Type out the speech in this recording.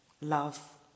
love